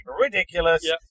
ridiculous